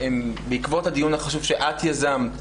בעקבות הדיון החשוב שאת יזמת,